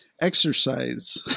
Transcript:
exercise